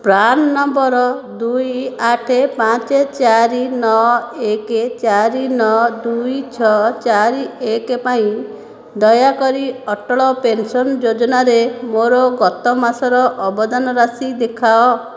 PRAN number ଦୁଇ ଆଠ ପାଞ୍ଚ ଚାରି ନଅ ଏକ ଚାରି ନଅ ଦୁଇ ଛଅ ଚାରି ଏକ ପାଇଁ ଦୟାକରି ଅଟଳ ପେନ୍ସନ୍ ଯୋଜନାରେ ମୋର ଗତ ମାସର ଅବଦାନ ରାଶି ଦେଖାଅ